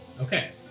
Okay